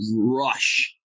rush